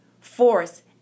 force